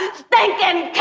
stinking